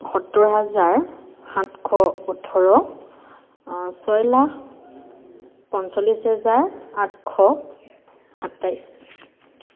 সত্তৰ হাজাৰ সাতখ ওঠৰ ছয় লাখ পঞ্চল্লিছ হেজাৰ আঠশ সাতাইছ